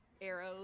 arrow